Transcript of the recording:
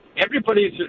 everybody's